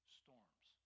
storms